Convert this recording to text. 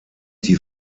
die